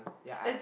it's